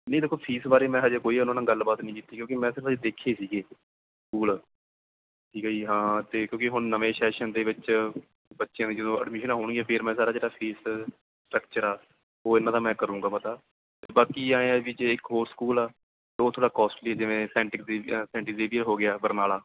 ਨਹੀਂ ਦੇਖੋ ਫੀਸ ਬਾਰੇ ਮੈਂ ਹਜੇ ਕੋਈ ਉਹਨਾਂ ਨਾਲ ਗੱਲਬਾਤ ਨਹੀਂ ਕੀਤੀ ਕਿਉਂਕਿ ਮੈਂ ਸਿਰਫ਼ ਦੇਖੇ ਸੀਗੇ ਸਕੂਲ ਠੀਕ ਹੈ ਜੀ ਹਾਂ ਅਤੇ ਕਿਉਂਕਿ ਹੁਣ ਨਵੇਂ ਸੈਸ਼ਨ ਦੇ ਵਿੱਚ ਬੱਚਿਆਂ ਦੀ ਜਦੋਂ ਐਡਮਿਸ਼ਨਾ ਹੋਣਗੀਆਂ ਫਿਰ ਮੈਂ ਸਾਰਾ ਜਿਹੜਾ ਫੀਸ ਸਟਰਕਚਰ ਆ ਉਹ ਇਹਨਾਂ ਦਾ ਮੈਂ ਕਰੂੰਗਾ ਪਤਾ ਅਤੇ ਬਾਕੀ ਹੈ ਵੀ ਜੇ ਇੱਕ ਹੋਰ ਸਕੂਲ ਆ ਉਹ ਥੋੜ੍ਹਾ ਕੋਸਟਲੀ ਜਿਵੇਂ ਸੈਂਟਿਕ ਸੈਂਟੀਵੀਅਰ ਹੋ ਗਿਆ ਬਰਨਾਲਾ